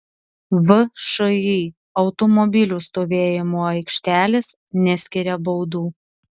všį automobilių stovėjimo aikštelės neskiria baudų